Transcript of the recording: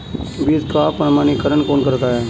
बीज का प्रमाणीकरण कौन करता है?